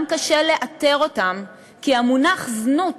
גם קשה לאתר אותם, כי המונח זנות